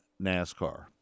NASCAR